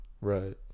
right